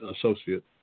associate